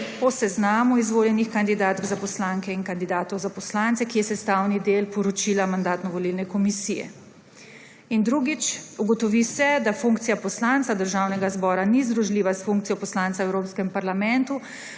po seznamu izvoljenih kandidatk za poslanke in kandidatov za poslance, ki je sestavni del poročila Mandatno-volilna komisije. In drugič: Ugotovi se, da funkcija poslanca Državnega zbora ni združljiva s funkcijo poslanca v Evropskem parlamentu,